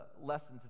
lessons